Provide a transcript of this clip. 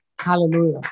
Hallelujah